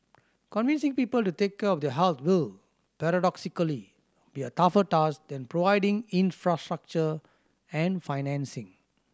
convincing people to take care of their health will paradoxically be a tougher task than providing infrastructure and financing